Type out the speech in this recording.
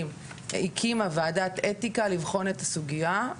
הקימה וועדת אתיקה לבחון את הסוגייה,